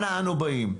אנה אנו באים?